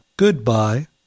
Goodbye